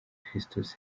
christus